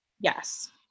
Yes